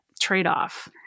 trade-off